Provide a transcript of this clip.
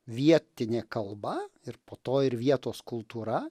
vietinė kalba ir po to ir vietos kultūra